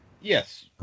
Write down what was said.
Yes